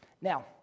Now